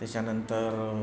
त्याच्यानंतर